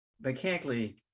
mechanically